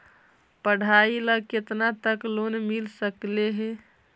पढाई ल केतना तक लोन मिल सकले हे?